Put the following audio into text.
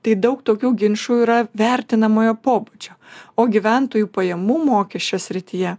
tai daug tokių ginčų yra vertinamojo pobūdžio o gyventojų pajamų mokesčio srityje